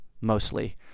mostly